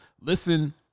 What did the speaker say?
listen